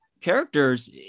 characters